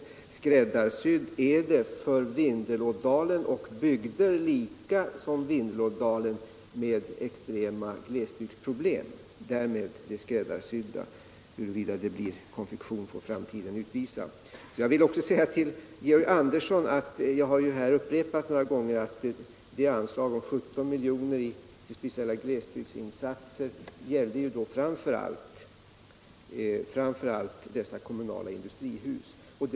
Det är skräddarsytt för Vindelådalen, och för andra bygder med lika extrema glesbygdsproblem. Huruvida det blir konfektion får framtiden utvisa. Jag vill till Georg Andersson säga: Jag har några gånger upprepat att anslaget på 17 miljoner för speciella glesbygdsinsatser gällde framför allt de kommunala industrihusen.